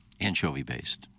Anchovy-based